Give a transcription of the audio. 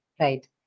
right